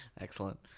excellent